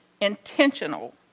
intentional